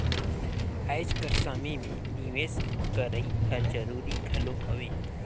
आएज कर समे में निवेस करई हर जरूरी घलो हवे